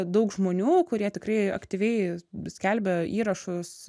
daug žmonių kurie tikrai aktyviai skelbia įrašus